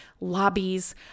lobbies